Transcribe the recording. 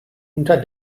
unter